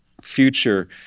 future